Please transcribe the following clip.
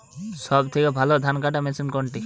সবথেকে ভালো ধানকাটা মেশিন কোনটি?